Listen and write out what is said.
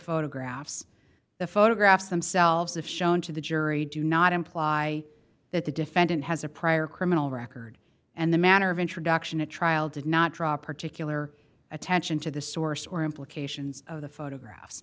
photographs the photographs themselves if shown to the jury do not imply that the defendant has a prior criminal record and the manner of introduction to trial did not drop particular attention to the source or implications of the photographs